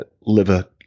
liver